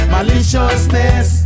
Maliciousness